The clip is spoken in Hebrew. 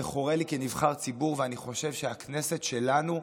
זה חורה לי כנבחר ציבור, ואני חושב שהכנסת שלנו,